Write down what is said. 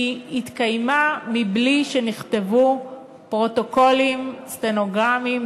היא התקיימה מבלי שנכתבו פרוטוקולים סטנוגרמיים,